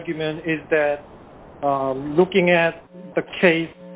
argument is that looking at the case